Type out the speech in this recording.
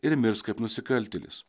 ir mirs kaip nusikaltėlis